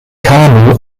kanu